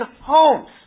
homes